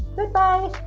goodbye!